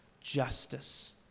justice